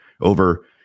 over